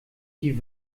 die